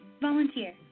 Volunteer